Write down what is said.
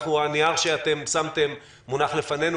הנייר שאתם שמתם מונח לפנינו,